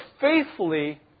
faithfully